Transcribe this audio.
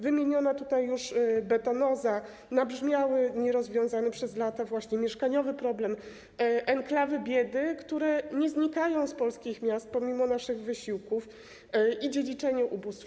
Wymieniona tutaj już betonoza, nabrzmiały, nierozwiązany przez lata problem mieszkaniowy, enklawy biedy, które nie znikają z polskich miast pomimo naszych wysiłków, i dziedziczenie ubóstwa.